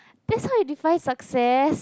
that's how you define success